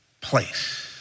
place